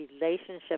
relationship